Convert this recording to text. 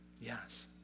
Yes